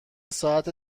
ساعت